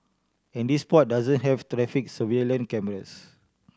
and this spot doesn't have traffic surveillance cameras